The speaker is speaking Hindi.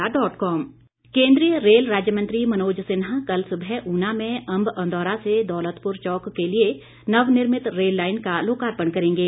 रेल मंत्री केन्द्रीय रेल राज्य मंत्री मनोज सिन्हा कल सुबह ऊना में अंब अंदौरा से दौलतपुर चौक के लिए नव निर्मित रेल लाईन का लोकार्पण करेंगे